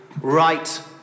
right